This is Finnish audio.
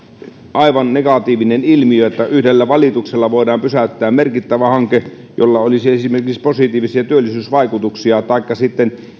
aivan negatiivinen ilmiö että yhdellä valituksella voidaan pysäyttää merkittävä hanke jolla olisi esimerkiksi positiivisia työllisyysvaikutuksia taikka sitten